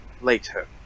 later